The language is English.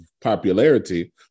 popularity